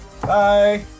Bye